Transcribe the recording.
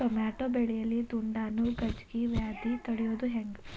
Tomato ಬೆಳೆಯಲ್ಲಿ ದುಂಡಾಣು ಗಜ್ಗಿ ವ್ಯಾಧಿ ತಡಿಯೊದ ಹೆಂಗ್?